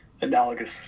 analogous